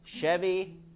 Chevy